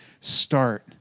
start